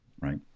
right